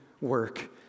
work